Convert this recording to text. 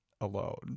alone